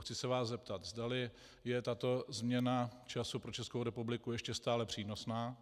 Chci se vás zeptat, zdali je tato změna času pro Českou republiku ještě stále přínosná.